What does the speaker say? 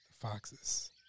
foxes